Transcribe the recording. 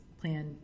Plan